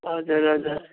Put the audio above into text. हजुर हजुर